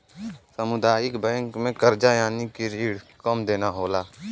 सामुदायिक बैंक में करजा यानि की रिण कम देना होला